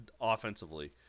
offensively